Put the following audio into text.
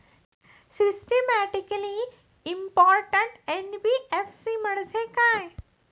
Systematically important NBFC म्हणजे काय?